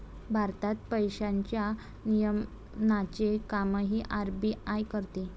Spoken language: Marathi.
भारतात पैशांच्या नियमनाचे कामही आर.बी.आय करते